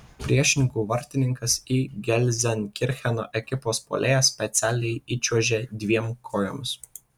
priešininkų vartininkas į gelzenkircheno ekipos puolėją specialiai įčiuožė dviem kojomis